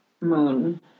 moon